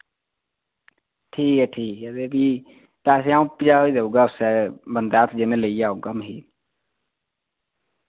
ठीक ऐ ठीक ऐ ते फ्ही पैसे आऊं पजाई देऊगा उस्सै बंदै हत्थ जिन्नै लेइयै औगा मखीर